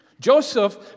Joseph